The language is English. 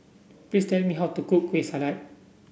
please tell me how to cook Kueh Salat